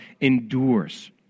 endures